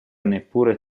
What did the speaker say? neppure